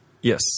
yes